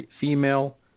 Female